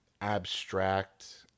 abstract